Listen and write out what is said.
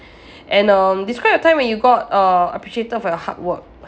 and um describe a time when you got err appreciated for your hard work